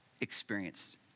experienced